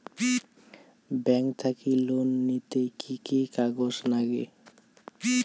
Bank থাকি loan নিতে কি কি কাগজ নাগে?